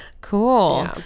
Cool